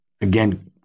again